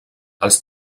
els